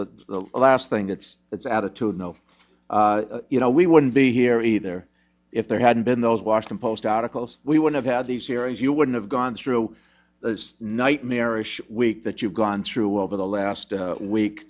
the last thing it's it's attitude of you know we wouldn't be here either if there hadn't been those washington post articles we would have had these hearings you wouldn't have gone through the nightmarish week that you've gone through over the last week